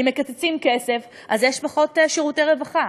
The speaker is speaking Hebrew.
אם מקצצים כסף אז יש פחות שירותי רווחה,